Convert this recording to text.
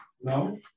No